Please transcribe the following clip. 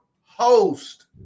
host